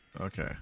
Okay